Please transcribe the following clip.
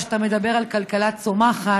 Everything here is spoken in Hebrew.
כשאתה מדבר על כלכלה צומחת,